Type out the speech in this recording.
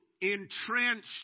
entrenched